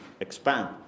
expand